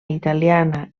italiana